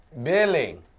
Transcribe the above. Billy